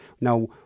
now